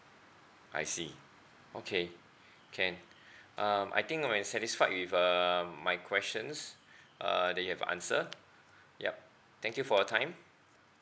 I see okay can um I think I'm satisfied with um my questions uh that you've answered yup thank you for your time